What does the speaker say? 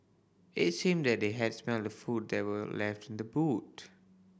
it seemed that they had smelt the food that were left in the boot